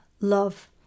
love